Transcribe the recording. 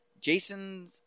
Jason